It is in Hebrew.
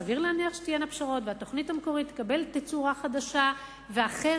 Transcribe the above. סביר להניח שתהיינה פשרות והתוכנית המקורית תקבל תצורה חדשה ואחרת,